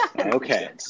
Okay